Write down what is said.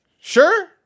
Sure